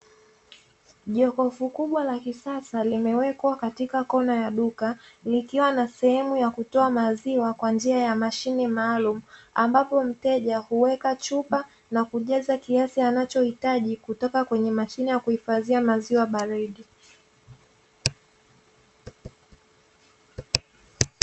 Jokofu kubwa la kisasa limewekwa katika kona ya duka, likiwa na sehemu ya kutoa maziwa kwa njia ya mashine maalumu. Ambapo mteja huweka chupa na kujaza kiasi anachohitaji kutoka kwenye mashine ya kuhifadhia maziwa baridi.